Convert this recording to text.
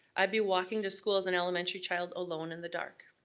i'd be walking to school as and elementary child alone in the dark.